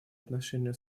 отношения